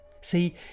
See